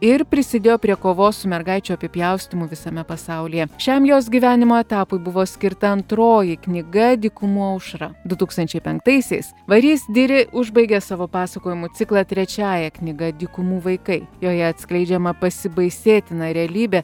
ir prisidėjo prie kovos su mergaičių apipjaustymu visame pasaulyje šiam jos gyvenimo etapui buvo skirta antroji knyga dykumų aušra du tūkstančiai penktaisiais varys diri užbaigė savo pasakojimų ciklą trečiąja knyga dykumų vaikai joje atskleidžiama pasibaisėtina realybė